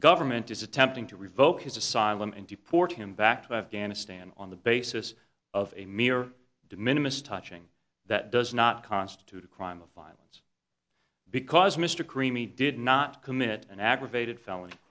government is attempting to revoke his asylum and deport him back to afghanistan on the basis of a mere diminished touching that does not constitute a crime of violence because mr creamy did not commit an aggravated felony